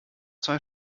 zwei